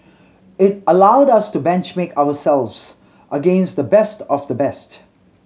it allowed us to benchmark ourselves against the best of the best